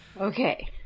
okay